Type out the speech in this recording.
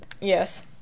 yes